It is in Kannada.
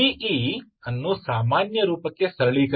ಇ ಅನ್ನು ಸಾಮಾನ್ಯ ರೂಪಕ್ಕೆ ಸರಳೀಕರಿಸಿ